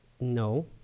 No